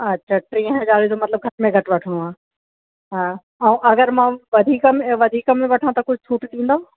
अछा टीं हज़ारें जो मतिलबु घट में घटि वठिणो आहे हा ऐं अगरि मां वधीक में वधीक में वठां त कुझु छूट ॾींदव